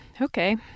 okay